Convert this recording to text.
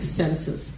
senses